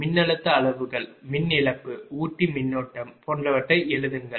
மின்னழுத்த அளவுகள் மின் இழப்பு ஊட்டி மின்னோட்டம் போன்றவற்றை எழுதுங்கள்